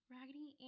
Raggedy